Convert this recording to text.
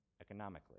economically